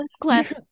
class